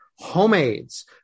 homemades